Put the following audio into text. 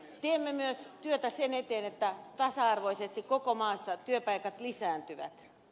teemme myös työtä sen eteen että tasa arvoisesti koko maassa työpaikat lisääntyvät